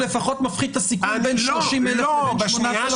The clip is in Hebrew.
מפחית לפחות את הסיכון בין 30,000 ל-8,000?